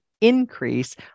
increase